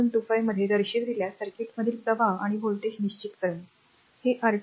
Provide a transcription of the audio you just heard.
25 मध्ये दर्शविलेल्या सर्किटमधील प्रवाह आणि व्होल्टेज r निश्चित करणे हे R2